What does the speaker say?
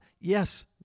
Yes